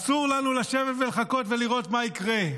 אסור לנו לשבת ולחכות ולראות מה יקרה,